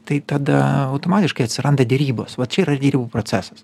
tai tada automatiškai atsiranda derybos va čia yra derybų procesas